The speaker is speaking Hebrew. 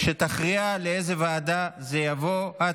שתכריע לאיזו ועדה זה יבוא.